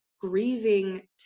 grieving